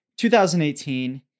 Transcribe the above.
2018